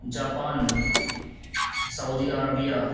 Japan Saudi Arabia